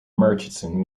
murchison